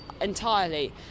entirely